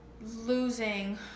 losing